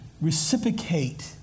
reciprocate